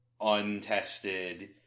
untested